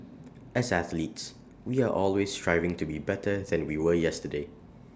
as athletes we are always striving to be better than we were yesterday